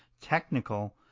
technical